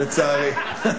לצערי.